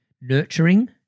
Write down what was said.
nurturing